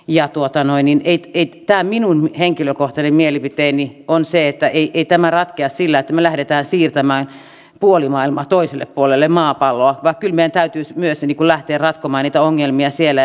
ja tuota noin niin ei tee tämä minun henkilökohtainen mielipiteeni on se että ei tämä ratkea sillä että me lähdemme siirtämään puoli maailmaa toiselle puolelle maapalloa vaan kyllä meidän täytyisi myös lähteä ratkomaan niitä ongelmia siellä